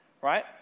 Right